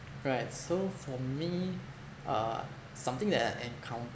right so for me uh something that I encountered